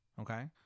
Okay